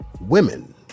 Women